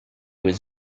was